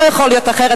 לא יכול להיות אחרת,